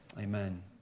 Amen